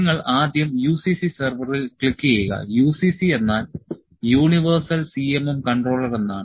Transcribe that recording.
നിങ്ങൾ ആദ്യം UCC സെർവറിൽ ക്ലിക്കുചെയ്യുക UCC എന്നാൽ യൂണിവേഴ്സൽ CMM കൺട്രോളർ എന്നാണ്